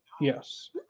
Yes